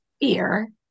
fear